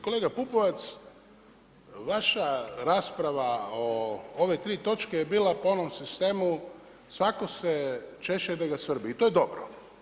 Kolega Pupovac vaša rasprava o ove tri točke je bila po onom sistemu svatko se češe gdje ga svrbi i to je dobro.